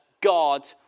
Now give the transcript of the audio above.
God